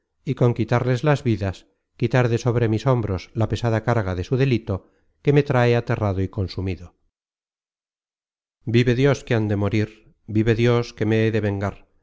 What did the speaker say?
y con quitarles las vidas quitar de sobre mis hombros la pesada carga de su delito que me trae aterrado y consumido vive dios que han de morir vive dios que me he de vengar